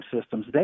systems